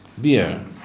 beer